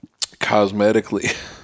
cosmetically